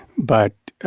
but